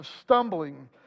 stumbling